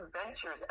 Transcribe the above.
adventures